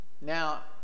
now